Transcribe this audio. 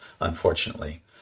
unfortunately